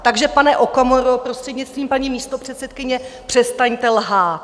Takže, pane Okamuro, prostřednictvím paní místopředsedkyně, přestaňte lhát.